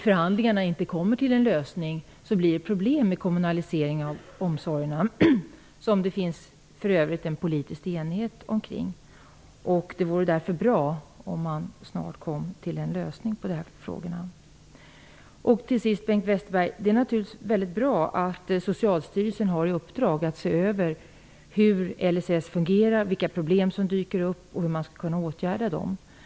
Om man inte kommer till en lösning i förhandlingarna kommer det att uppstå problem vid kommunaliseringen av omsorgerna. Det finns för övrigt en politisk enighet kring detta. Därför vore det bra om man snart kommer fram till en lösning av de här frågorna. Det är naturligtvis mycket bra att Socialstyrelsen har i uppdrag att se över hur LSS fungerar, vilka problem som dyker upp och hur man skall kunna åtgärda dem, Bengt Westerberg.